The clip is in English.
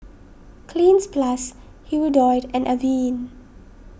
Cleanz Plus Hirudoid and Avene